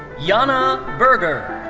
jana boerger.